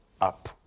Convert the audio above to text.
up